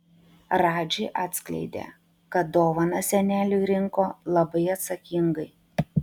radži atskleidė kad dovaną seneliui rinko labai atsakingai